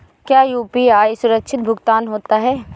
क्या यू.पी.आई सुरक्षित भुगतान होता है?